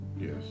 Yes